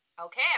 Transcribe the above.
Okay